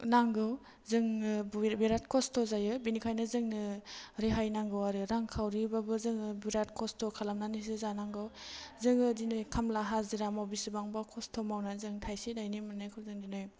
नांगौ जोंनो बिराद खस्थ' जायो बेनिखायनो जोंनो रेहाय नांगौ आरो रांखावरिबाबो जोङो बिराद खस्थ' खालामनानैसो जानांगौ जोङो दिनै खामला हाजिरा बिसिबांबा खस्थ' मावनानै जों थाइसे थाइनै मोननायखौ जों दिनै